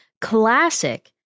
Classic